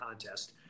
contest